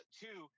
two